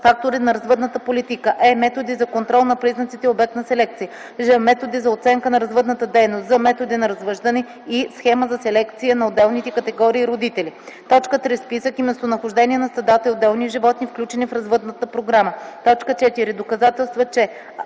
фактори на развъдната политика; е) методи за контрол на признаците – обект на селекция; ж) методи за оценка на развъдната стойност; з) методи на развъждане; и) схема за селекция на отделните категории родители; 3. списък и местонахождение на стадата и отделни животни, включени в развъдната програма; 4. доказателства, че: